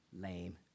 lame